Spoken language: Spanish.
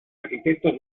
arquitectos